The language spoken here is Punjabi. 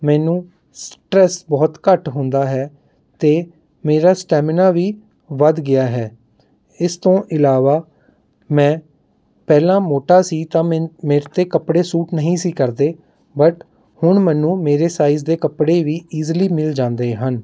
ਮੈਨੂੰ ਸਟ੍ਰੈੱਸ ਬਹੁਤ ਘੱਟ ਹੁੰਦਾ ਹੈ ਅਤੇ ਮੇਰਾ ਸਟੈਮੀਨਾ ਵੀ ਵੱਧ ਗਿਆ ਹੈ ਇਸ ਤੋਂ ਇਲਾਵਾ ਮੈਂ ਪਹਿਲਾਂ ਮੋਟਾ ਸੀ ਤਾਂ ਮੇਰੇ 'ਤੇ ਕੱਪੜੇ ਸੂਟ ਨਹੀਂ ਸੀ ਕਰਦੇ ਬੱਟ ਹੁਣ ਮੈਨੂੰ ਮੇਰੇ ਸਾਈਜ਼ ਦੇ ਕੱਪੜੇ ਵੀ ਇਜ਼ੀਲੀ ਮਿਲ ਜਾਂਦੇ ਹਨ